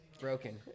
Broken